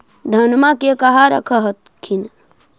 धनमा के कहा रख हखिन?